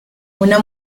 una